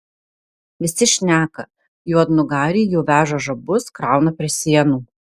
visi šneka juodnugariai jau veža žabus krauna prie sienų